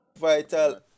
Vital